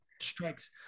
strikes